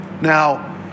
Now